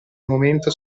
momento